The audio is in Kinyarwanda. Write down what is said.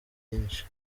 byinshi